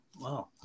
wow